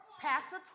Pastor